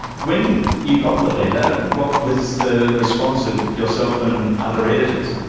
when you got the letter, what was the response of yourself and other editors?